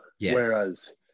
Whereas